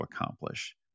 accomplish